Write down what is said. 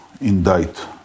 indict